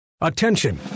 Attention